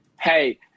hey